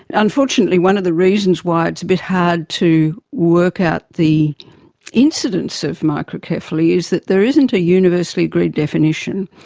and unfortunately one of the reasons why it's a bit hard to work out the incidence of microcephaly is that there isn't a universally agreed definition.